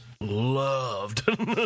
loved